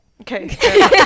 Okay